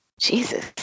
Jesus